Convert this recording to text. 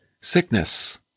sickness